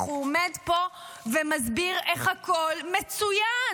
איך הוא עומד פה ומסביר איך הכול מצוין,